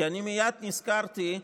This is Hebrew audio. כי אני מייד נזכרתי,